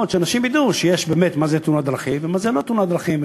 מה עוד שאנשים ידעו מה זה באמת תאונת דרכים ומה זה לא תאונת דרכים,